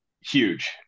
huge